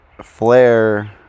flare